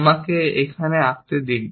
আমাকে এখানে আঁকতে দিন